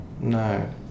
No